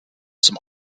zum